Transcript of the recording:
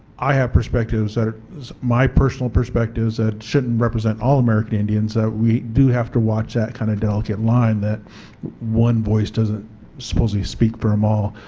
i have perspectives that are my personal perspectives that shouldn't represent all american indians that we do have to watch that kind of delicate line that one voice doesn't supposedly speak for them um all.